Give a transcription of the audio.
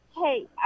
Hey